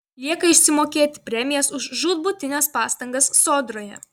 lieka išsimokėti premijas už žūtbūtines pastangas sodroje